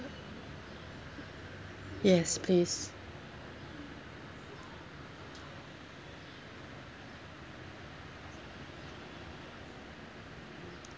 yes please